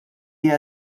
hija